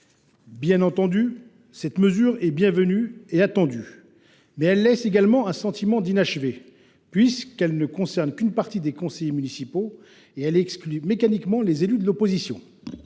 Bien entendu, cette mesure est bienvenue et attendue. Mais elle laisse également un sentiment d’inachevé, puisqu’elle ne concerne qu’une partie des conseillers municipaux et exclut mécaniquement les élus de l’opposition.